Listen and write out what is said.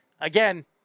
again